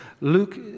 Luke